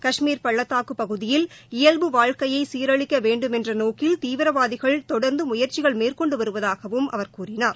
கஷ்மீர் பள்ளத்தாக்கு பகுதியில் இயல்பு வாழ்க்கையை சீரழிக்க வேண்டும் என்ற நோக்கில் தீவிரவாதிகள் தொடர்ந்து முயற்சிகள் மேற்கொண்டு வருவதாகவும் அவர் கூறினார்